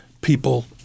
people